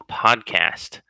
podcast